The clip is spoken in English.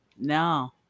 No